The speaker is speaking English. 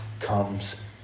comes